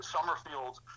Summerfield